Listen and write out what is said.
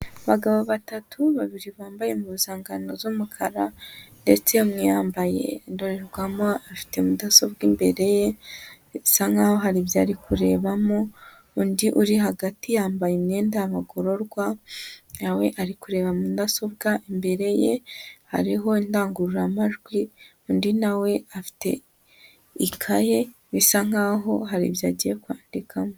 Abagabo batatu, babiri bambaye impuzankano z'umukara, ndetse umwe yambaye indorerwamo, afite mudasobwa imbere ye, bisa nk'aho hari ibyo ari kurebamo, undi ari hagati yambaye imyenda y'abagororwa, nawe ari kureba mudasobwa, imbere ye hariho indangururamajwi, undi nawe afite ikaye, bisa nk'aho hari ibyo agiye kwandikamo.